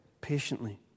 patiently